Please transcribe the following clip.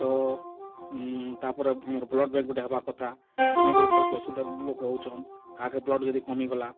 ତ ତା'ର୍ପରେ ଆମର୍ ବ୍ଲଡ଼୍ ବେଙ୍କ୍ ଗୁଟେ ହେବା କଥା ସେନେ ବି ବହୁତ୍ ଅସୁବିଧା ଲୋକ୍ ହେଉଛନ୍ କାହାକେ ବ୍ଲଡ଼୍ ଯଦି କମିଗଲା